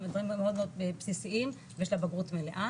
באמת דברים בסיסיים ויש לה בגרות מלאה,